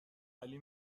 علی